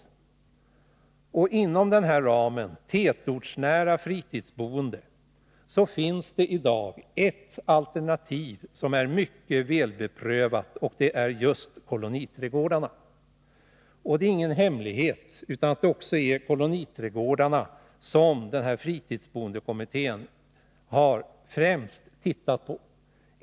Inom denna ram — det tätortsnära fritidsboendet — finns det i dag ett alternativ som är mycket beprövat. Det gäller just koloniträdgårdarna. Det är ingen hemlighet att det också är koloniträdgårdarna som fritidsboendekommittén främst tittat på.